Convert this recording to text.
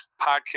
podcast